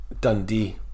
Dundee